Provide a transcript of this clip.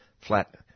flat